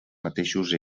mateixos